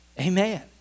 Amen